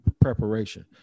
preparation